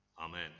Amen